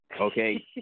okay